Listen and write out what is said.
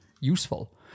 useful